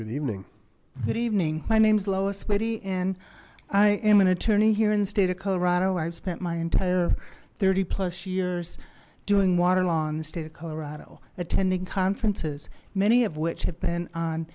evening good evening my name is louis witte and i am an attorney here in the state of colorado i've spent my entire thirty plus years doing water law in the state of colorado attending conferences many of which have been on